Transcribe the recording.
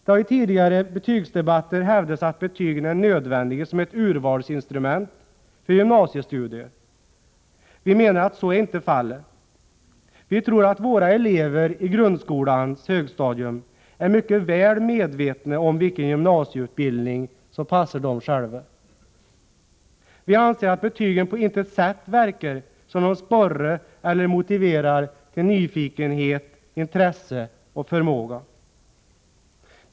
Det har i tidigare betygsdebatter hävdats att betygen är nödvändiga som ett urvalsinstrument för gymnasiestudier. Vi menar att så inte är fallet. Vi tror att våra elever i grundskolans högstadium är mycket väl medvetna om vilken gymnasieutbildning som passar dem själva. Vi anser att betygen på intet sätt verkar som någon sporre eller motiverar till nyfikenhet, intresse och förmåga.